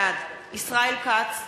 בעד ישראל כץ,